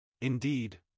Indeed